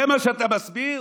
זה מה שאתה מסביר?